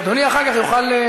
אדוני אחר כך יוכל.